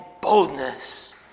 boldness